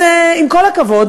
אז עם כל הכבוד,